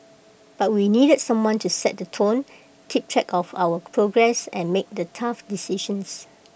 but we needed someone to set the tone keep track of our progress and make the tough decisions